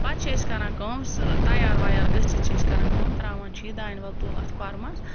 پَتہٕ چھِ أسۍ کَران کٲم تیار ویار گٔژھِتھ چھِ أسۍ کَران کٲم ترٛاوان چھِ یہِ دانہِ وَل تُل اَتھ کوٚرمَس